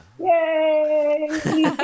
Yay